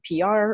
PR